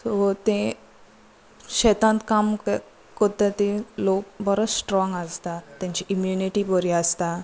so ते शेतांत काम करता ते लोक बरो स्ट्रॉंग आसता तेंची इम्युनिटी बरी आसता